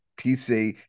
PC